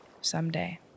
someday